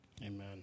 Amen